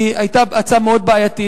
היא היתה הצעה מאוד בעייתית.